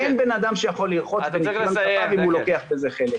אין בן אדם שיכול לרחוץ בניקיון כפיו אם הוא לוקח בזה חלק.